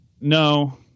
No